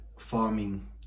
Farming